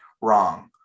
wrong